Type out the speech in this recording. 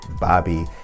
Bobby